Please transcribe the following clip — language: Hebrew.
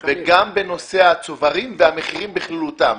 וגם בנושא הצוברים והמחירים בכללותם.